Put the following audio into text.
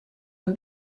are